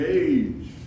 age